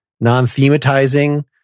non-thematizing